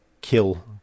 kill